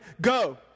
go